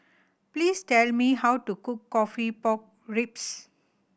please tell me how to cook coffee pork ribs